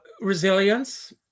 Resilience